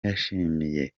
yashimiye